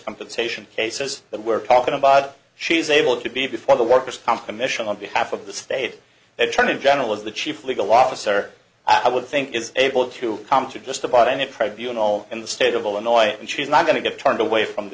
compensation cases that we're talking about she's able to be before the workers comp commission on behalf of the state attorney general is the chief legal officer i would think is able to come to just about any preview and all in the state of illinois and she's not going to get turned away from the